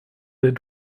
des